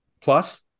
plus